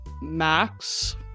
Max